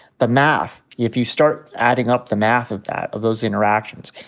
the math, if you start adding up the math of that, of those interactions,